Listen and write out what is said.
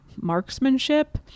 marksmanship